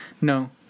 no